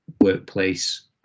workplace